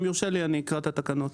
אם יורשה לי, אני אקרא את התקנות.